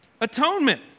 Atonement